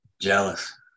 Jealous